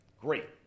Great